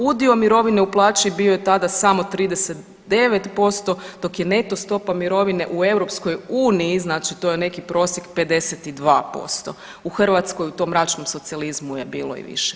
Udio mirovine u plaći bio je tada samo 39% dok je neto stopa mirovine u EU, znači to je neki prosjek 52% u Hrvatskoj u tom mračnom socijalizmu bilo i više.